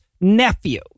nephew